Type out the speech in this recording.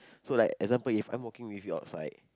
so like example if I'm walking with you outside